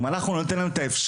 אם אנחנו ניתן להן את האפשרות,